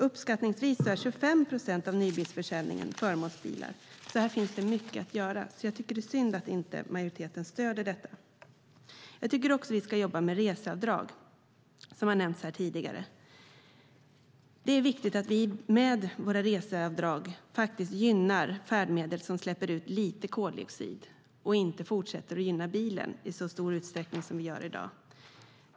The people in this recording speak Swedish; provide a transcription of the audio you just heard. Uppskattningsvis är 25 procent av nybilsförsäljningen förmånsbilar. Här finns alltså mycket att göra, och det är synd att majoriteten inte stöder det. Jag anser att vi även ska jobba med reseavdrag. Det är viktigt att vi genom reseavdrag gynnar färdmedel som släpper ut lite koldioxid och att vi inte fortsätter att gynna bilen i samma utsträckning som i dag.